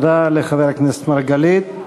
תודה לחבר הכנסת מרגלית.